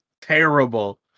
terrible